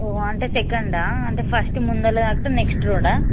అంటే సెకండా అంటే ఫస్ట్ ముందర కాకుండా నెక్స్ట్ రోడ్డా